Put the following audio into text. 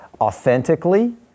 authentically